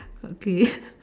okay